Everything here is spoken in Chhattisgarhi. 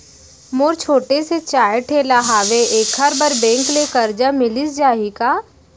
मोर छोटे से चाय ठेला हावे एखर बर बैंक ले करजा मिलिस जाही का?